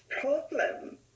problem